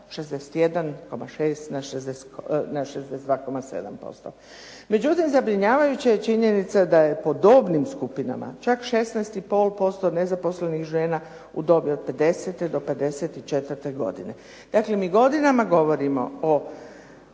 61,6 na 62,7%. Međutim, zabrinjavajuća je činjenica da je po dobnim skupinama čak 16,5% nezaposlenih žena u dobi od 50 do 54 godine. Dakle, mi godinama govorimo o